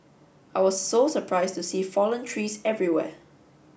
I was so surprised to see fallen trees everywhere